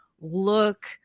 look